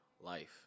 life